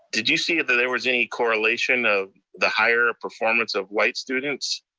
did you see that there was any correlation of the higher performance of white students,